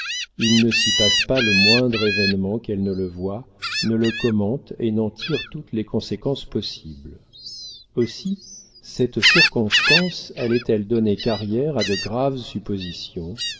il ne s'y passe pas le moindre événement qu'elle ne le voie ne le commente et n'en tire toutes les conséquences possibles aussi cette circonstance allait-elle donner carrière à de graves suppositions